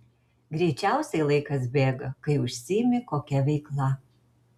greičiausiai laikas bėga kai užsiimi kokia veikla